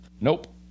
Nope